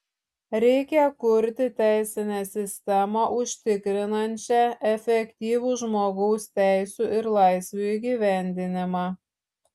reikia kurti teisinę sistemą užtikrinančią efektyvų žmogaus teisių ir laisvių įgyvendinimą